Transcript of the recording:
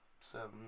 Seven